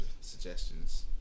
suggestions